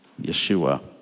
Yeshua